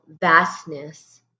vastness